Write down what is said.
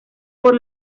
por